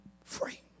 free